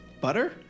Butter